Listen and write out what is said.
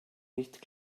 nicht